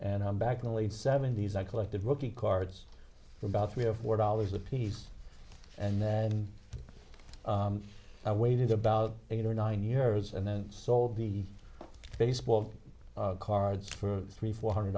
and i'm back in the late seventy's i collected rookie cards for about three or four dollars a piece and then i waited about eight or nine years and then sold the baseball cards for three four hundred